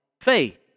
faith